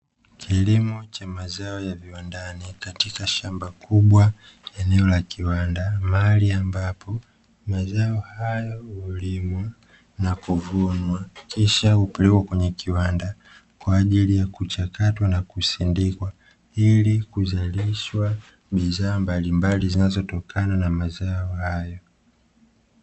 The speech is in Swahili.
Kilimo cha mazao ya viwandani, katika shamba kubwa, eneo la kiwanda; mahali ambapo mazao hayo hulimwa na kuvunwa, kisha kupelekwa kwenye kiwanda, kwa ajili ya kuchakatwa na kusindikwa, ili kuzalishwa bidhaa mbalimbali zinazotokana na mazao hayo.